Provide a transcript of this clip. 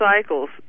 cycles